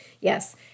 yes